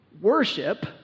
worship